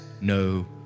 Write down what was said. no